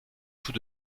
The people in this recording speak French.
tout